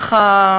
ככה,